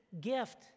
gift